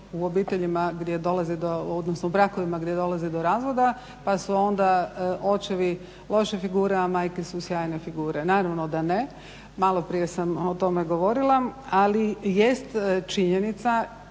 očevi loši pogotovo u brakovima gdje dolazi do razvoda pa su očevi loša figura a majke su sjajne figure, naravno da ne, malo prije sam o tome govorila. Ali jest činjenica